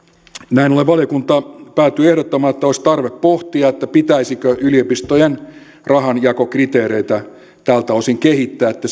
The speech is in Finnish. näin ollen valiokunta päätyi ehdottamaan että olisi tarve pohtia pitäisikö yliopistojen rahanjakokriteereitä tältä osin kehittää että